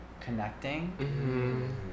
connecting